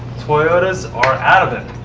toyotas are out of it.